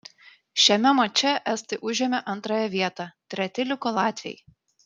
šiame mače estai užėmė antrąją vietą treti liko latviai